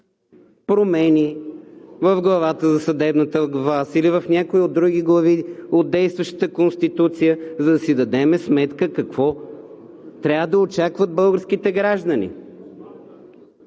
промени в главата за съдебната власт или в някои други глави от действащата Конституция, за да си дадем сметка какво трябва да очакват българските граждани.